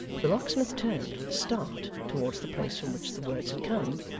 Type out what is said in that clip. the locksmith turned, with a start, towards the place from which the words had come,